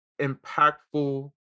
impactful